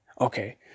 Okay